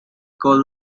call